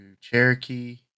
Cherokee